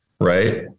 Right